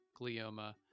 glioma